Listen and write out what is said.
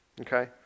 okay